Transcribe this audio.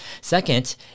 Second